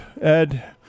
Ed